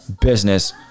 business